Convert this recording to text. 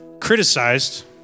criticized